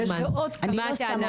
יש בעוד כמה.